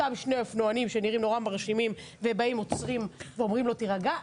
אותם שני אופנוענים שנראים נורא מרשימים ובאים עוצרים ואומרים לו תירגע.